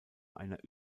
einer